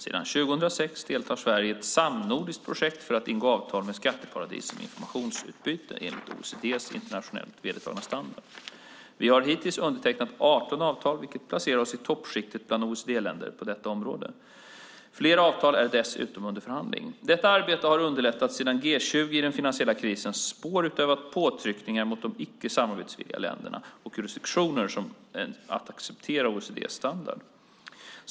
Sedan 2006 deltar Sverige i ett samnordiskt projekt för att ingå avtal med skatteparadis om informationsutbyte enligt OECD:s internationellt vedertagna standard. Vi har hittills undertecknat 18 avtal, vilket placerar oss i toppskiktet bland OECD-länderna på detta område. Fler avtal är dessutom under förhandling. Detta arbete har underlättats sedan G20 i den finansiella krisens spår utövat påtryckningar mot icke samarbetsvilliga länder och jurisdiktioner om att acceptera OECD:s standard.